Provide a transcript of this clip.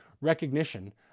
recognition